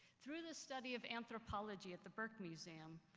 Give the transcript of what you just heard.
through the study of anthropology at the burke museum,